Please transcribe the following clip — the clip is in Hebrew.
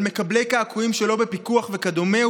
על מקבלי קעקועים שלא בפיקוח וכדומה,